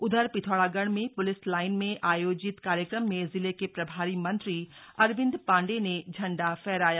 उधर पिथौरागढ़ में police line में आयोजित कार्यक्रम में जिले के प्रभारी मंत्री अरविंद पांडे ने झंडा फहराया